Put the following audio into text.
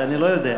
זה אני לא יודע.